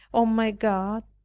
o my god,